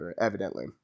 evidently